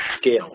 scale